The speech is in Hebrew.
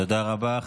תודה רבה.